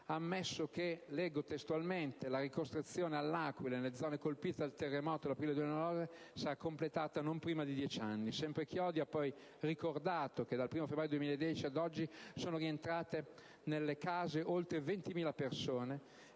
ammesso che: «La ricostruzione all'Aquila e nelle zone colpite dal terremoto dell'aprile 2009 sarà completata non prima di dieci anni». Sempre Chiodi ha poi ricordato che dal 1° febbraio 2010 ad oggi sono rientrate nelle loro case oltre 20.000 persone